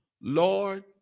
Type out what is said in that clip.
Lord